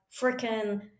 freaking